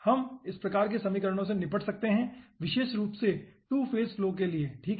हम इस प्रकार के समीकरणों से निपट सकते हैं विशेष रूप से टू फेज फ्लो के लिए ठीक है